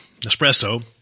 espresso